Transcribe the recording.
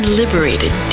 liberated